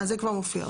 אה, זה כבר מופיע.